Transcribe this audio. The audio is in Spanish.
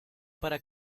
para